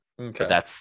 Okay